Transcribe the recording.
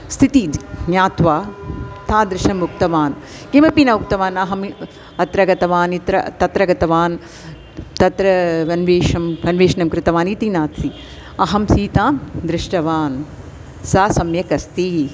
स्थितिः ज्ञात्वा तादृशम् उक्तवान् किमपि न उक्तवान् न अहम् अत्र गतवान् इत्र तत्र गतवान् तत्र अन्वेषणम् अन्वेषणं कृतवान् इति नास्ति अहं सीतां दृष्टवान् सा सम्यक् अस्ति